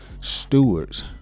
stewards